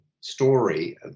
story